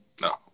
No